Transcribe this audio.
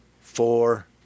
four